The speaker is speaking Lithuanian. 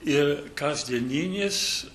ir kasdieninis